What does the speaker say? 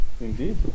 indeed